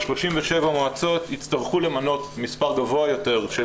37 מועצות יצטרכו למנות מספר גבוה יותר של